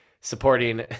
supporting